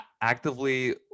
actively